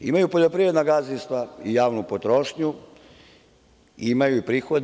Imaju poljoprivredna gazdinstva i javnu potrošnju, imaju i prihode.